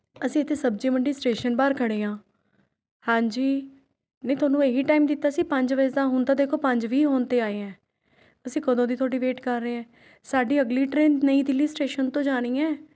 ਅਸੀਂ ਇੱਥੇ ਸਬਜ਼ੀ ਮੰਡੀ ਸਟੇਸ਼ਨ ਬਾਹਰ ਖੜ੍ਹੇ ਹਾਂ ਹਾਂਜੀ ਨਹੀਂ ਤੁਹਾਨੂੰ ਇਹੀ ਟਾਈਮ ਦਿੱਤਾ ਸੀ ਪੰਜ ਵਜੇ ਦਾ ਹੁਣ ਤਾਂ ਦੇਖੋ ਪੰਜ ਵੀਹ ਹੋਣ 'ਤੇ ਆਏ ਹੈ ਅਸੀਂ ਕਦੋਂ ਦੀ ਤੁਹਾਡੀ ਵੇਟ ਕਰ ਰਹੇ ਹਾਂ ਸਾਡੀ ਅਗਲੀ ਟਰੇਨ ਨਈਂ ਦਿੱਲੀ ਸਟੇਸ਼ਨ ਤੋਂ ਜਾਣੀ ਹੈ